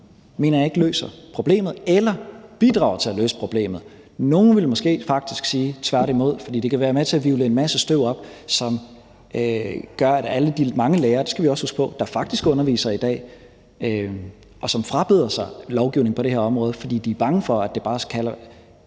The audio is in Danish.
mener jeg ikke løser problemet eller bidrager til at løse problemet. Nogle ville måske faktisk sige tværtimod. For det kan være med til at hvirvle en masse støv op, når det drejer sig om alle de mange lærere – det skal vi også huske på – der faktisk underviser i dag, og som frabeder sig lovgivning på det her område, fordi de er bange for, at noget, som jo